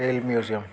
rail museum